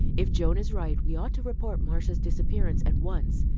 if joan is right, we ought to report marcia's disappearance at once.